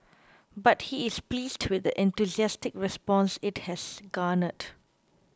but he is pleased with the enthusiastic response it has garnered